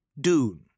Dune